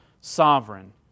sovereign